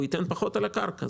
הוא ייתן פחות על הקרקע.